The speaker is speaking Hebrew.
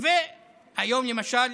היום למשל